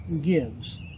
gives